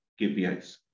KPIs